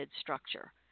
structure